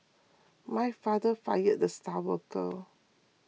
my father fired the star water